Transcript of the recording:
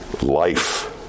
life